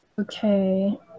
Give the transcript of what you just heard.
Okay